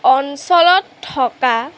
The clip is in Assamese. অঞ্চলত থকা